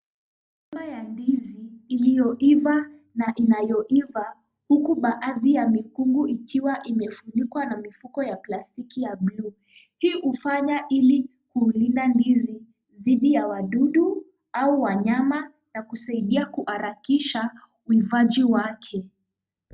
Migomba ya ndizi iliyo ivaa na inayo iva huku baadhi ya mikungu ikiwa imefunikwa na mifuko ya plastiki ya buluu. Hii hufanya hili ili kulinda ndizi dhidi ya wadudu au wanyama na kusaidia kuharakisha uivaji wake.